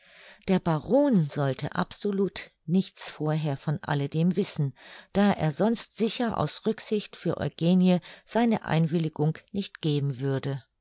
der baron sollte absolut nichts vorher von alle dem wissen da er sonst sicher aus rücksicht für eugenie seine einwilligung nicht geben würde